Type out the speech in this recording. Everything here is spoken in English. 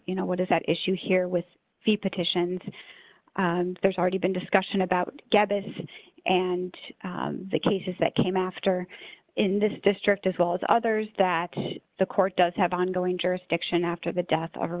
you know what is at issue here with the petition and there's already been discussion about gabby's and the cases that came after in this district as well as others that the court does have ongoing jurisdiction after the death of